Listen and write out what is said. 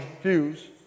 fuse